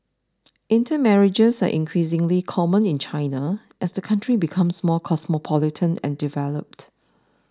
intermarriages are increasingly common in China as the country becomes more cosmopolitan and developed